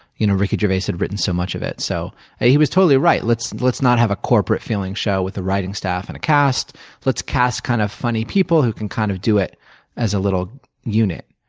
you know ricky gervais so had written so much of it. so and he was totally right let's let's not have a corporate feeling show with the writing staff and cast let's cast kind of funny people who can kind of do it as a little unit.